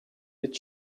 its